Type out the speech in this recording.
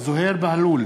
זוהיר בהלול,